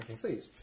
Please